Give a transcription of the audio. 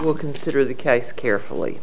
ell consider the case carefully